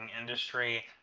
industry